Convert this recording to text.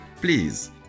Please